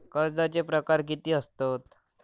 कर्जाचे प्रकार कीती असतत?